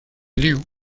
liu